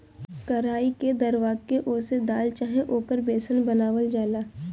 कराई के दरवा के ओसे दाल चाहे ओकर बेसन बनावल जाला